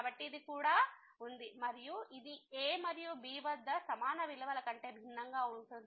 కాబట్టి ఇది కూడా ఉంది మరియు ఇది a మరియు b వద్ద సమాన విలువల కంటే భిన్నంగా ఉంటుంది